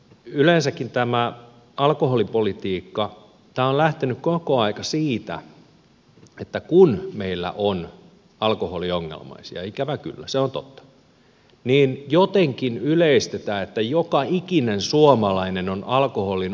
yleensäkin tämä alkoholipolitiikka on lähtenyt koko aika siitä että kun meillä on alkoholiongelmaisia ikävä kyllä se on totta niin jotenkin yleistetään että joka ikinen suomalainen on alkoholin ongelmakäyttäjä